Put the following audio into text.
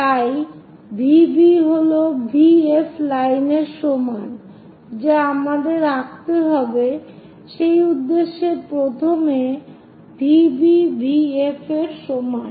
তাই V B হল V F লাইনের সমান যা আমাদের আঁকতে হবে সেই উদ্দেশ্যে প্রথমে V B V Fএর সমান